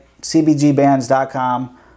cbgbands.com